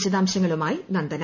വിശദാംശങ്ങളുമായി നന്ദന